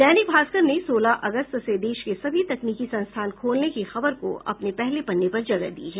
दैनिक भास्कर ने सोलह अगस्त से देश के सभी तकनीकी संस्थान खोलने की खबर को अपने पहले पन्ने पर जगह दी है